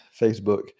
Facebook